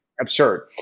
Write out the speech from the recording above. absurd